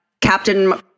Captain